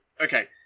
okay